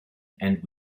and